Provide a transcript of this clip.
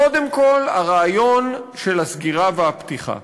קודם כול, הרעיון של הסגירה והפתיחה.